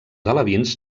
alevins